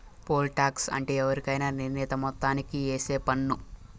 pole tax అంటే ఎవరికైనా నిర్ణీత మొత్తానికి ఏసే పన్ను